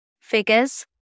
figures